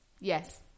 Yes